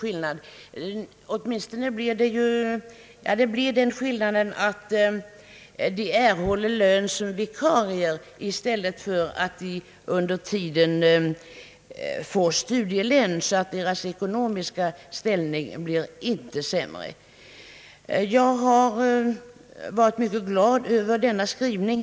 För eleverna blir det den skillnaden, att de erhåller lön som vikarier i stället för att under denna tid få studielön. Deras ekonommiska ställning blir alltså inte sämre. Jag är mycket glad över utskottets skrivning.